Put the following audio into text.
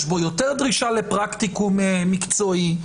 יש בו יותר דרישה לפרקטיקום מקצועי.